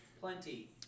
Plenty